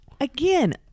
again